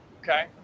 Okay